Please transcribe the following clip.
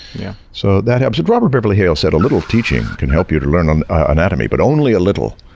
yeah so, that helps. robert beverly hale said, a little teaching can help you to learn on anatomy. but only a little.